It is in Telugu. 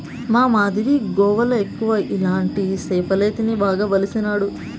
మా మరిది గోవాల ఎక్కువ ఇలాంటి సేపలే తిని బాగా బలిసినాడు